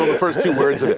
first two words